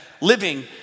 living